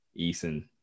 Eason